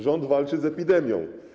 Rząd walczy z epidemią.